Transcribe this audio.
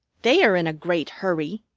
they are in a great hurry,